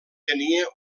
tenia